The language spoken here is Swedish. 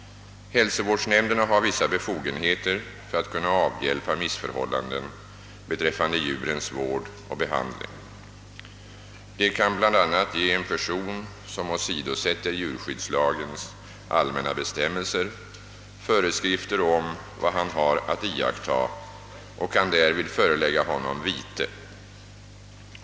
Hälsovårdsnämnderna har vissa befogenheter för att kunna avhjälpa missförhållanden beträffande djurens vård och behandling. De kan bl.a. ge en person som åsidosätter djurskyddslagens allmänna bestämmelser föreskrifter om vad han har att iaktta och kan därvid förelägga honom vite.